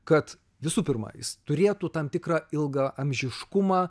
kad visų pirma jis turėtų tam tikrą ilgaamžiškumą